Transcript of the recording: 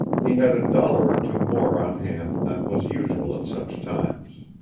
he had a dollar or two more on hand than was usual at such times.